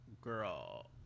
girl